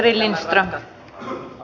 arvoisa puhemies